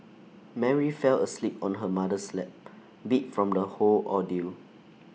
Mary fell asleep on her mother's lap beat from the whole ordeal